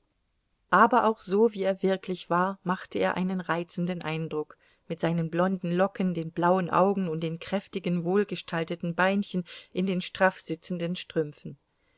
aber auch so wie er wirklich war machte er einen reizenden eindruck mit seinen blonden locken den blauen augen und den kräftigen wohlgestalteten beinchen in den straff sitzenden strümpfen